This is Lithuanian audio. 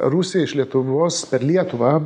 rusija iš lietuvos per lietuvą